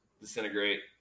disintegrate